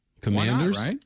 Commanders